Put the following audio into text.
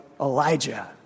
Elijah